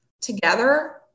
together